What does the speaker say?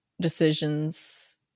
decisions